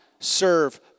serve